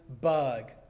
bug